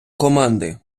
команди